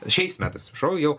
šiais metais atsipšau jau